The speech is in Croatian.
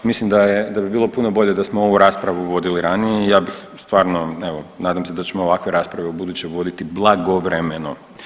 Mislim da je, da bi bilo puno bolje da smo ovu raspravu vodili ranije, ja bih stvarno, nadam se da ćemo ovakve rasprave ubuduće voditi blagovremeno.